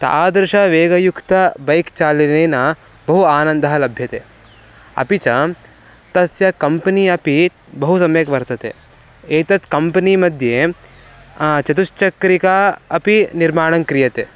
तादृशं वेगयुक्तं बैक् चालनेन बहु आनन्दः लभ्यते अपि च तस्य कम्पनी अपि बहु सम्यक् वर्तते एतत् कम्पनीमध्ये चतुश्चक्रिका अपि निर्माणं क्रियते